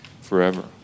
forever